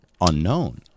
unknown